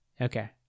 Okay